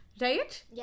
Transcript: Right